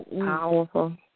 Powerful